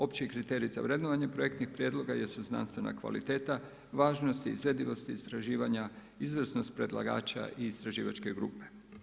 Opći kriteriji za vrednovanje projektnih prijedloga jesu znanstvena kvaliteta, važnost i izvedivosti istraživanja, izvrsnost predlagača i istraživačke grupe.